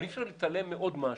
אבל אי אפשר להתעלם מעוד משהו.